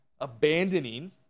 Abandoning